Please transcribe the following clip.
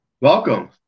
Welcome